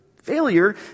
Failure